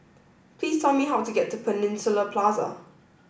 please tell me how to get to Peninsula Plaza